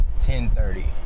10:30